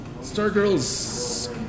Stargirl's